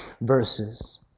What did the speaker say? verses